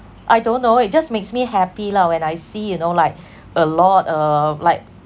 I don't know it just makes me happy lah when I see you know like a lot uh like